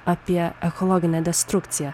apie ekologinę destrukciją